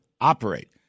operate